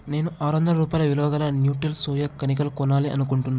నేను ఆరొందల రూపాయల విలువ గల న్యూట్రిల్ సోయా కణికలు కొనాలి అనుకుంటున్నా